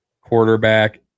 quarterback